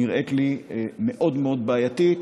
נראית לי מאוד מאוד בעייתית.